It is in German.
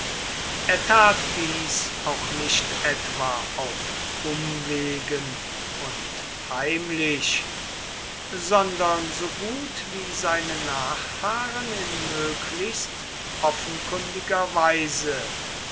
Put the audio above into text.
er tat dies auch nicht etwa auf umwegen und heimlich sondern so gut wie seine nachfahren in möglichst offenkundiger weise